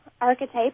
archetype